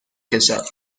کشد